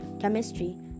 chemistry